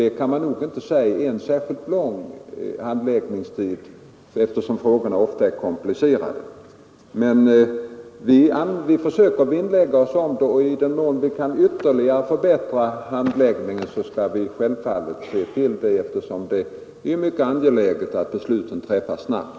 Det kan man nog inte säga är en särskilt lång handläggningstid, eftersom frågorna ofta är komplicerade. Men vi försöker vinnlägga oss om snabb behandling. I den mån vi kan ytterligare förbättra handläggningen, skall vi självfallet se till det, eftersom det är mycket angeläget att besluten fattas snabbt.